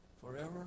forever